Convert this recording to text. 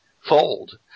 fold